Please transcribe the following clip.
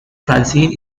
francine